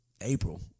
April